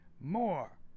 more